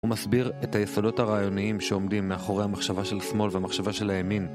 הוא מסביר את היסודות הרעיוניים שעומדים מאחורי המחשבה של השמאל והמחשבה של הימין.